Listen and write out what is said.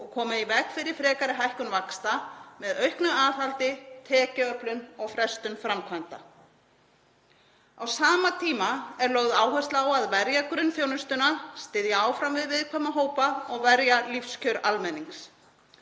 og koma í veg fyrir frekari hækkun vaxta með auknu aðhaldi, tekjuöflun og frestun framkvæmda. Á sama tíma er lögð áhersla á að verja grunnþjónustuna, styðja áfram við viðkvæma hópa og verja lífskjör almennings.